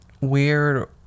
weird